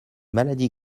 maladies